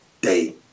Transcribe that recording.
day